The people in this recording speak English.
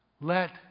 Let